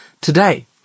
today